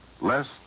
less